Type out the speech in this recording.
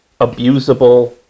abusable